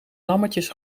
lammetjes